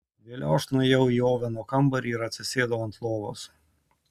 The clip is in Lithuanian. vėliau aš nuėjau į oveno kambarį ir atsisėdau ant lovos